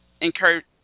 encourage